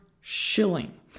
shilling